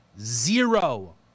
Zero